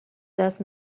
دست